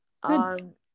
Good